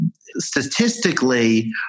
statistically